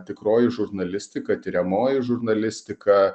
tikroji žurnalistika tiriamoji žurnalistika